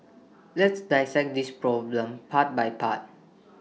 let's dissect this problem part by part